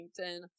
LinkedIn